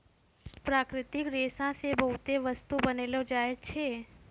प्राकृतिक रेशा से बहुते बस्तु बनैलो जाय छै